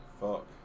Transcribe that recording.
Fuck